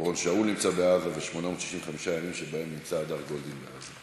אורון שאול נמצא בעזה ו-865 ימים שבהם נמצא הדר גולדין בעזה.